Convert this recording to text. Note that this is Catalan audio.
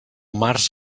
març